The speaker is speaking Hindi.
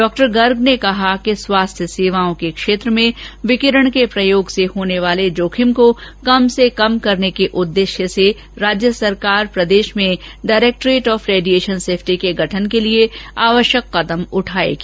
डह्ह गर्ग ने कहा कि स्वास्थ्य सेवाओं के क्षेत्र में विकिरण के प्रयोग से होने वाले जोखिम को कम से कम करने के उदुदेश्य से राज्य सरकार प्रदेश में डाइरेक्टरेट अहफ रेडिएशन सेफ्टी के गठन के लिए आवश्यक कदम उठाएगी